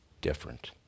different